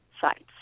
sites